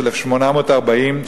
1840,